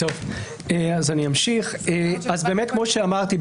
כמו שאמרתי,